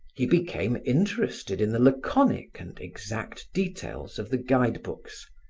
he became interested in the laconic and exact details of the guide books,